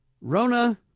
Rona